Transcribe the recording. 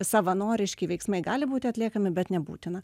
savanoriški veiksmai gali būti atliekami bet nebūtina